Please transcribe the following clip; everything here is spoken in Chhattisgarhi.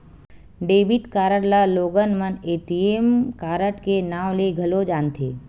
डेबिट कारड ल लोगन मन ए.टी.एम कारड के नांव ले घलो जानथे